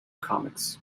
comics